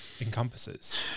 encompasses